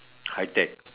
high tech